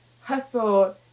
hustle